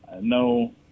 no